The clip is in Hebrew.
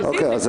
אוקיי.